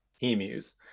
emus